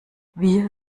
wir